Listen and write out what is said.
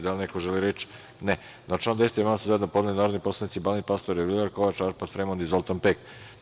Da li neko želi reč? (Ne) Na član 10. amandman su zajedno podneli narodni poslanici Balint Pastor, Elvira Kovač, Arpad Fremond i Zoltan Pek.